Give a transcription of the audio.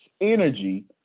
energy